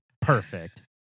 perfect